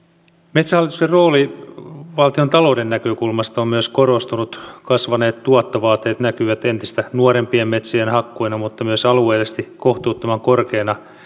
metsähallituksen rooli valtiontalouden näkökulmasta on myös korostunut kasvaneet tuottovaateet näkyvät entistä nuorempien metsien hakkuina mutta myös alueellisesti esimerkiksi kohtuuttoman korkeina